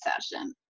session